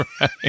right